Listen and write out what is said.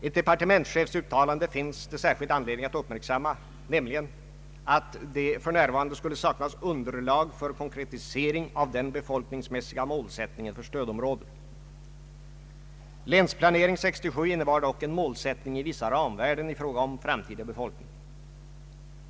Ett departementschefsuttalande finns det särskild anledning att uppmärksamma, nämligen att det f.n. skulle saknas underlag för konkretisering av den befolkningsmässiga målsättningen = för stödområdet. Länsplanering 67 innebar dock en målsättning i vissa ramvärden i fråga om framtida befolkning.